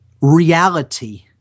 reality